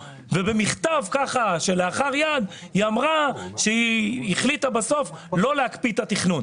ובמכתב כלאחר יד היא אמרה שהיא החליטה בסוף לא להקפיא את התכנון.